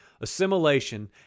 assimilation